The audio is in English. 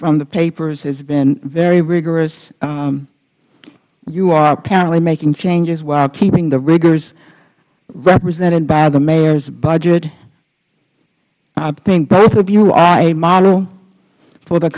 from the papersh has been very rigorous you are apparently making changes while keeping the rigors represented by the mayor's budget i think both of you are a model for the